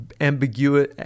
ambiguous